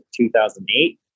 2008